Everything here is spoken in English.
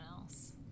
else